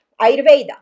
Ayurveda